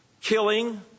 killing